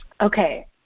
okay